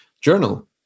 journal